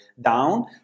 down